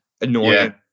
annoying